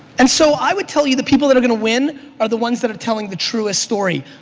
and so i would tell you the people that are gonna win are the ones that are telling the truest story.